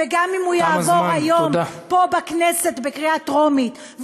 וגם אם הוא יעבור היום פה בכנסת בקריאה טרומית,